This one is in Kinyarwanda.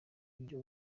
ibyo